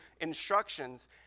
instructions